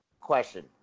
Question